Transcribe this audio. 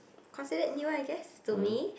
considered new I guess to me